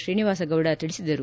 ಶ್ರೀನಿವಾಸಗೌಡ ತಿಳಿಸಿದರು